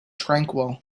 tranquil